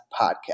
podcast